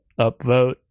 upvote